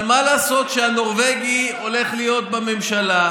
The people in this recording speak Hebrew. אבל מה לעשות שהנורבגי הולך להיות בממשלה,